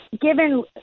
given